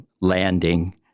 landing